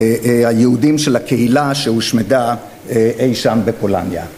היהודים של הקהילה שהושמדה אי שם בפולניה.